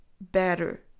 better